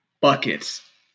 Buckets